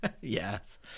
Yes